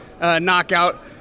knockout